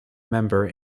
member